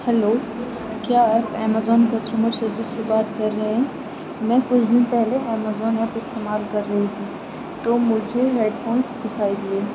hello کیا آپ Amazon customer service سے بات کر رہے ہیں میں کچھ دن پہلے امیزون ایپ استعمال کر رہی تھی تو مجھے ہیڈ فونس دکھائی دیے